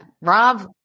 Rob